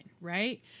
right